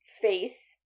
face